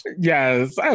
Yes